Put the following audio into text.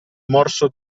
morso